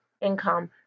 income